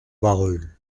barœul